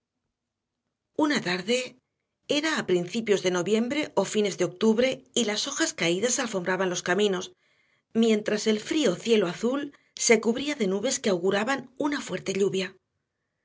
una tarde era a principios de noviembre o fines de octubre y las hojas caídas alfombraban los caminos mientras el frío cielo azul se cubría de nubes que auguraban una fuerte lluvia